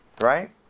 Right